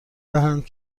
دهند